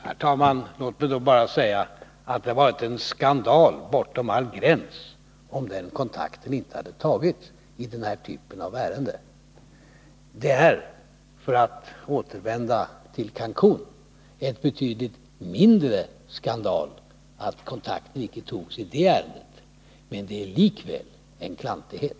Herr talman! Låt mig då bara säga att det hade varit en skandal bortom all gräns, om den kontakten inte hade tagits i ett ärende av den här typen. Det är, för att återvända till frågan Cancun, en betydligt mindre skandal att kontakter icke togs i det ärendet, men det är likväl en klantighet.